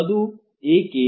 ಈಗ ಅದು ಏಕೆ